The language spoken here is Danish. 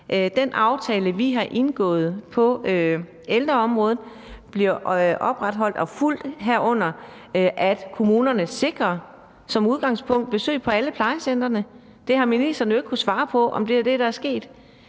den aftale, vi har indgået på ældreområdet, bliver overholdt og fulgt, herunder at kommunerne som udgangspunkt sikrer besøg på alle plejecentrene. Det har ministeren jo ikke kunnet svare på om er sket. Nej, det